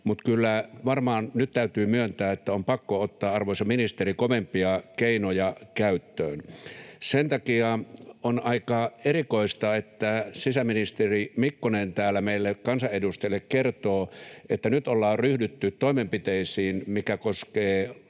Mutta kyllä varmaan nyt täytyy myöntää, että on pakko ottaa, arvoisa ministeri, kovempia keinoja käyttöön. Sen takia on aika erikoista, että sisäministeri Mikkonen täällä meille kansanedustajille kertoo, että nyt ollaan ryhdytty toimenpiteisiin, mitkä koskevat